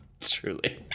Truly